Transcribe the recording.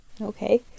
Okay